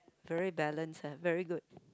very balanced ah very good